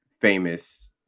famous